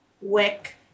Wick